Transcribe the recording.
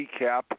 recap